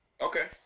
Okay